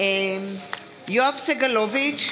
יואב סגלוביץ'